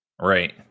Right